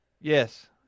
Yes